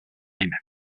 time